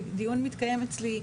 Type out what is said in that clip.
והדיון מתקיים אצלי,